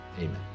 Amen